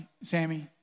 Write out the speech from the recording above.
Sammy